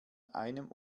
einem